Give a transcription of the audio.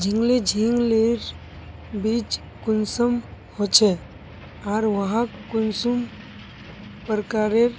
झिंगली झिंग लिर बीज कुंसम होचे आर वाहक कुंसम प्रकारेर